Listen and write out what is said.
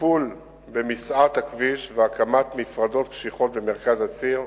טיפול במיסעת הכביש והקמת מפרדות קשיחות במרכז הציר.